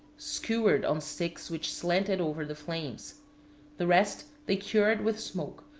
skewered on sticks which slanted over the flames the rest they cured with smoke,